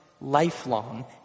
lifelong